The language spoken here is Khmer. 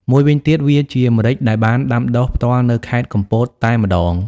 មួយវិញទៀត វាជាម្រេចដែលបានដាំដុះផ្ទាល់នៅខេត្តកំពតតែម្ដង។